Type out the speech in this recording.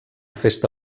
festa